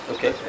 Okay